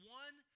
one